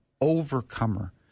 overcomer